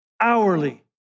hourly